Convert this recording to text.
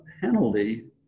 penalty